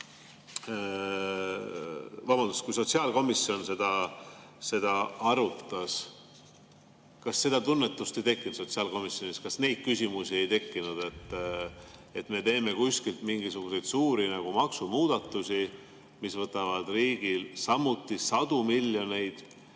küsin, et kui sotsiaalkomisjon seda arutas, kas seda tunnetust ei tekkinud, kas neid küsimusi ei tekkinud, et me teeme kuskil mingisuguseid suuri maksumuudatusi, mis võtavad riigilt samuti sadu miljoneid,